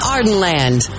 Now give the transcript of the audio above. Ardenland